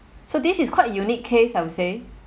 so this is quite unique case I would say